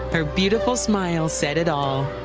her beautiful smile said it all.